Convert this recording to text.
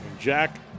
Jack